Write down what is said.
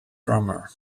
drummer